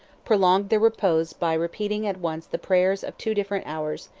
prolonged their repose by repeating at once the prayers of two different hours,